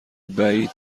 بعید